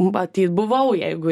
matyt buvau jeigu